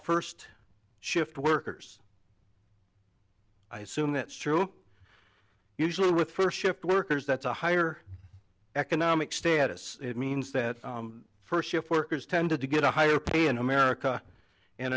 first shift workers i assume that's true usually with first shift workers that's a higher economic status means that first shift workers tend to get a higher pay in america